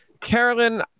carolyn